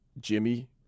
Jimmy